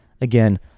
Again